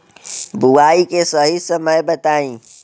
बुआई के सही समय बताई?